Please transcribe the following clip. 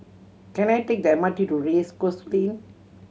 can I take the M R T to Race Course Lane